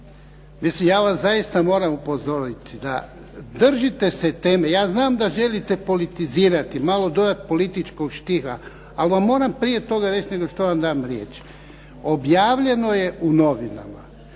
ja vas zaista moram upozoriti da držite se teme. Ja znam da želite politizirati, malo dodat političkog štiha, ali vam moram prije toga reći nego što vam dam riječ, objavljeno je u novinama